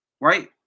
right